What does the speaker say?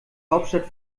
hauptstadt